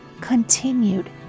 continued